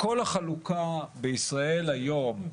כל החלוקה בישראל היום,